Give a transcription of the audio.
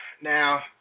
Now